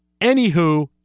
anywho